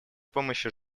помощи